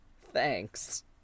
thanks